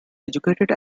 educated